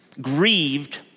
grieved